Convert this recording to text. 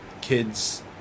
Kids